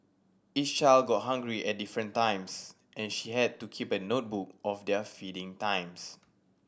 each child got hungry at different times and she had to keep a notebook of their feeding times